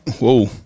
Whoa